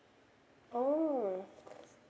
oh